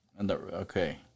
Okay